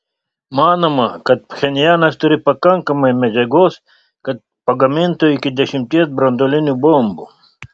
manoma kad pchenjanas turi pakankamai medžiagos kad pagamintų iki dešimties branduolinių bombų